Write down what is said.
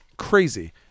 Crazy